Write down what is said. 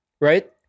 right